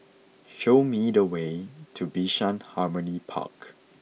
show me the way to Bishan Harmony Park